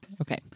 Okay